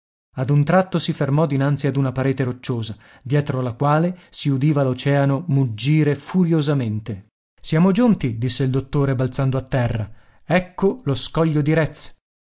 ad un tratto si fermò dinanzi ad una parete rocciosa dietro la quale si udiva l'oceano muggire furiosamente siamo giunti disse il dottore balzando a terra ecco lo scoglio di retz